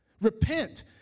Repent